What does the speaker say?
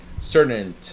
certain